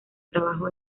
trabajo